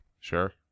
Sure